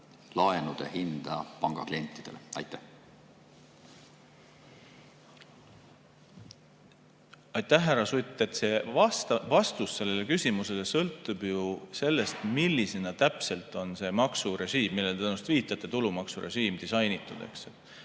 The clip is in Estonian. laenude hinda panga klientidele. Aitäh, härra Sutt! Vastus sellele küsimusele sõltub ju sellest, millisena täpselt on see maksurežiim, millele te tõenäoliselt viitate, tulumaksurežiim disainitud.